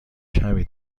کمی